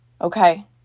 Okay